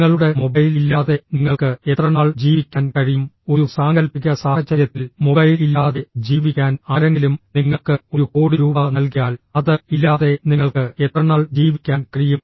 നിങ്ങളുടെ മൊബൈൽ ഇല്ലാതെ നിങ്ങൾക്ക് എത്രനാൾ ജീവിക്കാൻ കഴിയും ഒരു സാങ്കൽപ്പിക സാഹചര്യത്തിൽ മൊബൈൽ ഇല്ലാതെ ജീവിക്കാൻ ആരെങ്കിലും നിങ്ങൾക്ക് ഒരു കോടി രൂപ നൽകിയാൽ അത് ഇല്ലാതെ നിങ്ങൾക്ക് എത്രനാൾ ജീവിക്കാൻ കഴിയും